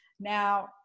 now